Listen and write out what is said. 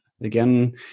Again